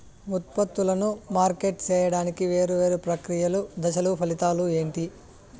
ఉత్పత్తులను మార్కెట్ సేయడానికి వేరువేరు ప్రక్రియలు దశలు ఫలితాలు ఏంటి?